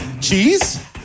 Cheese